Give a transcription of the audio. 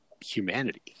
humanity